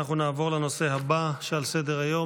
אנחנו נעבור לנושא הבא שעל סדר-היום,